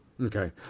Okay